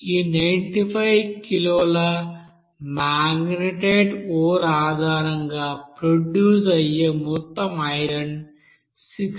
ఈ 95 కిలోల magnetite ore ఆధారంగా ప్రొడ్యూస్ అయ్యే మొత్తం ఐరన్ 68